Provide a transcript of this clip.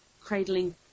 cradling